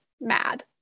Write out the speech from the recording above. mad